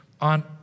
on